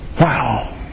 Wow